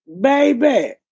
Baby